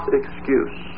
excuse